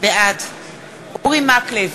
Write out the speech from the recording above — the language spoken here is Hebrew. בעד אורי מקלב,